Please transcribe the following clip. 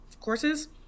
courses